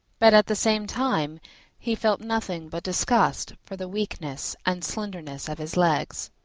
but at the same time he felt nothing but disgust for the weakness and slenderness of his legs.